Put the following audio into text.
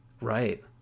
Right